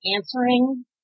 answering